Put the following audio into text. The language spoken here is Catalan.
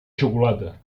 xocolata